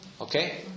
Okay